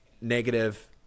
negative